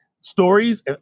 stories